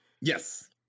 Yes